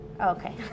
Okay